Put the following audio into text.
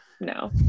no